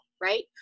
right